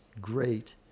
great